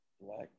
Black